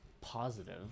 positive